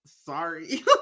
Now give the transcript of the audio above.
sorry